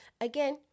Again